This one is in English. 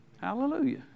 Hallelujah